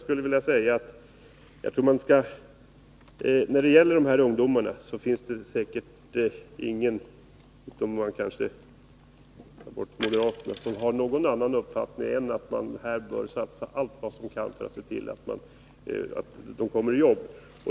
Det finns ingen, utom möjligen moderaterna, som har någon annan uppfattning än att man måste satsa allt som kan satsas för att de skall få ett jobb.